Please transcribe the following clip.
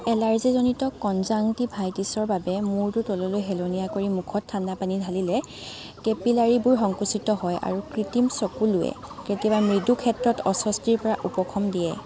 এলাৰ্জিজনিত কনজাংটিভাইটিছৰ বাবে মূৰটো তললৈ হেলনীয়া কৰি মুখত ঠাণ্ডা পানী ঢালিলে কেপিলাৰীবোৰ সংকুচিত হয় আৰু কৃত্ৰিম চকুলোৱে কেতিয়াবা মৃদু ক্ষেত্ৰত অস্বস্তিৰপৰা উপশম দিয়ে